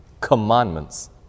commandments